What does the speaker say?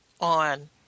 on